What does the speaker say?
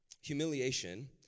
Humiliation